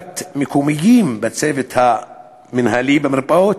תעסוקת מקומיים בצוות המינהלי במרפאות,